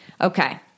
Okay